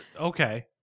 okay